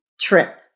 trip